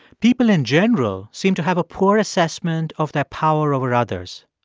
people, in general, seem to have a poor assessment of their power over others.